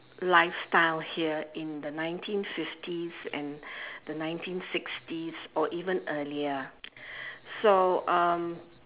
lifestyle here in the nineteen fifties and the nineteen sixties or even earlier so um